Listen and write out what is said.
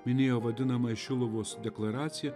minėjo vadinamąją šiluvos deklaraciją